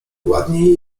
ładni